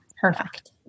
perfect